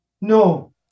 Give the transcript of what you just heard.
no